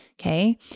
okay